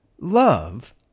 love